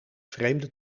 vreemde